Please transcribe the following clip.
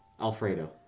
Alfredo